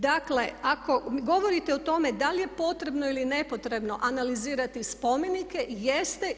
Dakle, ako govorite o tome da li je potrebno ili nepotrebno analizirati spomenike, jeste.